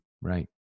Right